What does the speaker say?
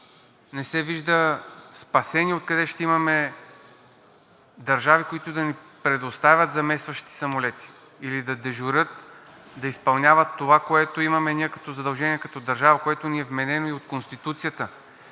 не се вижда спасение – откъде ще имаме държави, които да ни предоставят заместващи самолети или да дежурят, да изпълняват това, което имаме ние като задължение, като държава, което ни е вменено и от Конституцията.